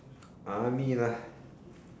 army lah